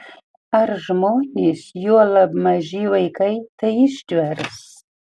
ar žmonės juolab maži vaikai tai ištvers